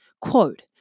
Quote